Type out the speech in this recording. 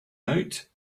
out